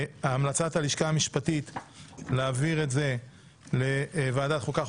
המלצת הלשכה המשפטית היא להעביר את זה לוועדת חוקה,